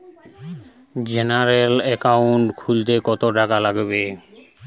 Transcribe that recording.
General account খুলতে কত টাকা লাগবে?